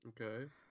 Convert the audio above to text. Okay